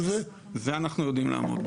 בזה אנחנו יודעים לעמוד.